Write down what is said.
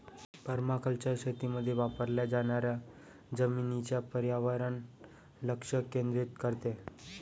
permaculture शेतीमध्ये वापरल्या जाणाऱ्या जमिनीच्या पर्यावरणावर लक्ष केंद्रित करते